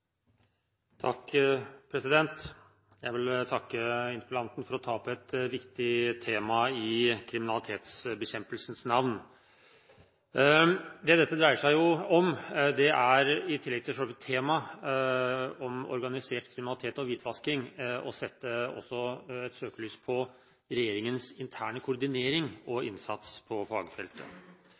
Jeg vil takke interpellanten for å ta opp et viktig tema i kriminalitetsbekjempelsens navn. Det dette dreier seg om, er, i tillegg til selve temaet, organisert kriminalitet og hvitvasking, å sette et søkelys på regjeringens interne koordinering og innsats på fagfeltet.